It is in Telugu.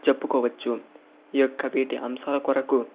చెప్పుకోవచ్చు ఈ యొక్క వీటి అంశాల కొరకు